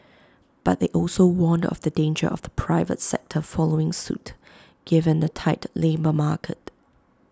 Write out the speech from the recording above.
but they also warned of the danger of the private sector following suit given the tight labour market